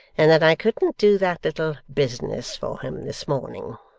and that i couldn't do that little business for him this morning.